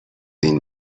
این